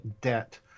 debt